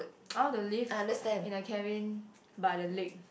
I want to live in a cabin by the lake